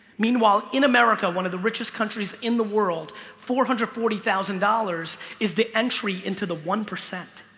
meanwhile in america one of the richest countries in the world four hundred forty thousand dollars is the entry into the one percent